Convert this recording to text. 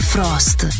Frost